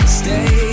stay